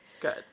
Good